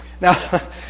Now